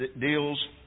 deals